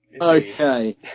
Okay